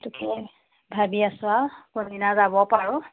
ভাবি আছোঁ আৰু কোনদিনা যাব পাৰোঁ